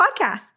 podcast